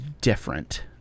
different